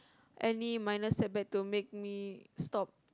any minor setback to make me stop